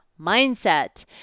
mindset